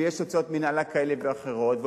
ויש הוצאות מינהלה כאלה ואחרות,